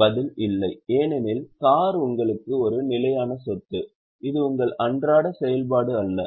பதில் இல்லை ஏனெனில் கார் உங்களுக்கு ஒரு நிலையான சொத்து இது உங்கள் அன்றாட செயல்பாடு அல்ல